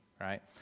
right